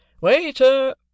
Waiter